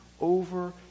over